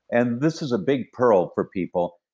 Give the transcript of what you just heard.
and this is a big pearl for people,